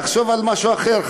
לחשוב על משהו אחר,